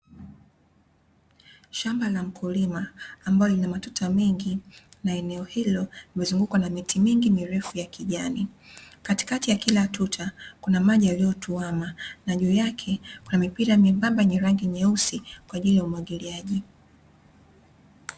Shamba la mkulima ambalo lina matuta mengi, na eneo hilo limezungukwa na miti mingi mirefu ya kijani, katikati ya kila tuta kuna maji yaliyotuama, na juu yake kuna mipira membamba yenye rangi nyeusi, kwa ajili ya umwagiliaji.